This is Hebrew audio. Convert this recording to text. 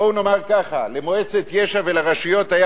בואו נאמר ככה: למועצת יש"ע ולרשויות היה